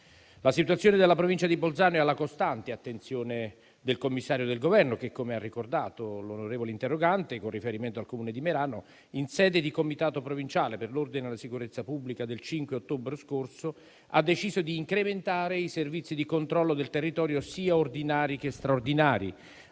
La situazione della Provincia di Bolzano è alla costante attenzione del commissario del Governo, che - come ha ricordato l'onorevole interrogante con riferimento al Comune di Merano - in sede di Comitato provinciale per l'ordine e la sicurezza pubblica del 5 ottobre scorso ha deciso di incrementare i servizi di controllo del territorio sia ordinari che straordinari,